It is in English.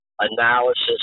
analysis